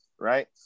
right